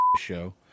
show